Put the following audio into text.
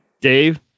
Dave